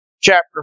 chapter